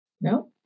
No